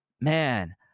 man